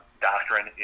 Doctrine